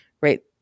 right